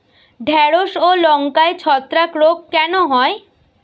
ঢ্যেড়স ও লঙ্কায় ছত্রাক রোগ কেন হয়?